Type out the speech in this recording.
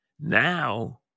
Now